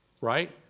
Right